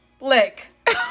Lick